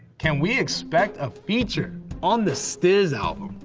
can we expect a feature on the stizz album?